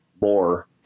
more